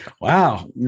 wow